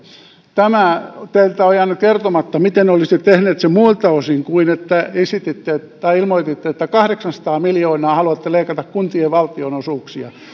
tämä teiltä on jäänyt kertomatta miten olisitte tehnyt sen muilta osin kuin että esititte tai ilmoititte että kahdeksansataa miljoonaa haluatte leikata kuntien valtionosuuksia